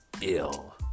ill